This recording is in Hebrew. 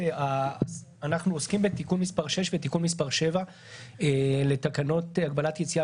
אנחנו עוסקים בתיקון מס' 6 ותיקון מס' 7 לתקנות הגבלת יציאה